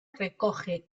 recoge